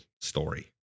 story